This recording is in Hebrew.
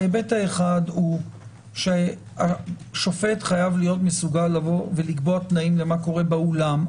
היבט אחד הוא שהשופט חייב להיות מסוגל לקבוע תנאים מה קורה באולם,